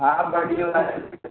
ہاں دو دنوں بعد